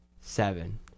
Seven